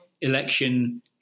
election